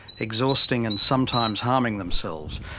exhausting and sometimes harming themselves.